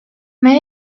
may